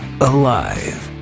alive